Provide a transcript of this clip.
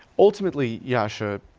ultimately, yascha,